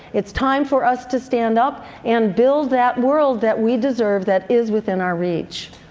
it's time for us to stand up and build that world that we deserve that is within our reach.